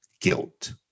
guilt